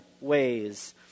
ways